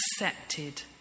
accepted